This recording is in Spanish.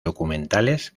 documentales